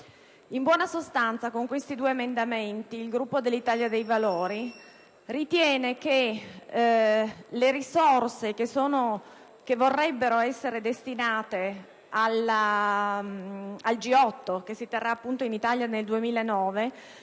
In buona sostanza, con questi due emendamenti il Gruppo dell'Italia dei Valori ritiene che le risorse che vorrebbero essere destinate al G8 che si terrà in Italia nel 2009